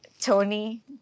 tony